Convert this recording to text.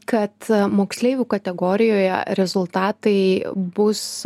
kad moksleivių kategorijoje rezultatai bus